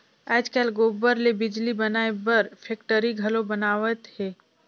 आयज कायल गोबर ले बिजली बनाए बर फेकटरी घलो बनावत हें